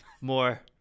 more